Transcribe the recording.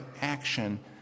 action